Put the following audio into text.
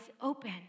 open